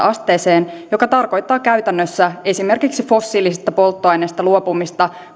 asteeseen mikä tarkoittaa käytännössä esimerkiksi fossiilisista polttoaineista luopumista